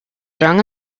strong